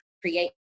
create